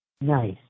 Nice